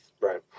right